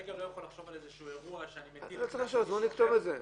כרגע אני לא יכול לחשוב על איזה אירוע שאני מטיל --- נכתוב את זה.